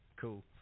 Cool